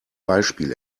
beispiel